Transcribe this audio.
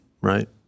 right